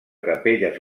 capelles